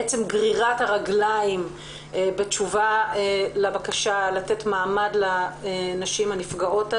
בעצם גרירת הרגליים בתשובה לבקשה לתת מעמד לנשים הנפגעות.